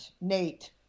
Nate